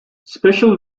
special